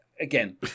again